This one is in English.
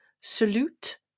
salute